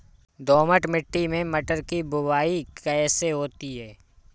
दोमट मिट्टी में मटर की बुवाई कैसे होती है?